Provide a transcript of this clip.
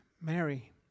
Mary